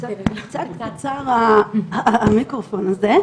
קודם כל אני מקדמת בברכה את הדיון היום.